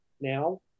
Now